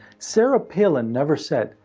sara palin never said,